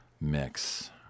mix